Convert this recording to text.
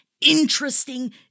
interesting